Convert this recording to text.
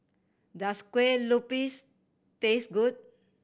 does Kueh Lopes taste good